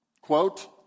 Quote